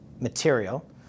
material